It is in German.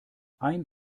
ein